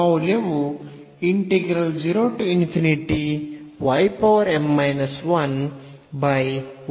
ಮೌಲ್ಯವು ಅನ್ನು ಹೊಂದಿರುತ್ತದೆ